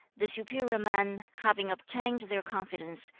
the superior man, having obtained their confidence,